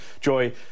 joy